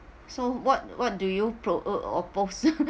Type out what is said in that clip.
so what what do you pro~ uh propose